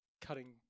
cutting